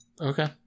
Okay